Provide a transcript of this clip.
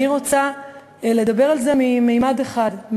אני רוצה לדבר על ממד אחד,